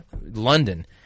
London